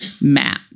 MAP